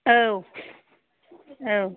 औ औ